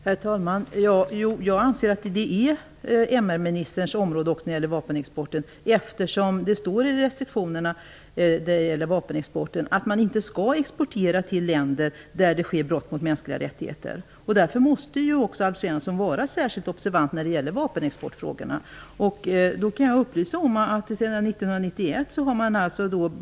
Herr talman! Jag anser att vapenexporten är MR ministerns område, eftersom det står i restriktionerna för vapenexporten att man inte skall exportera till länder där det sker brott mot mänskliga rättigheter. Därför måste också Alf Svensson vara särskilt observant när det gäller vapenexportfrågorna. Jag kan upplysa om att man sedan 1991 har sålt en del.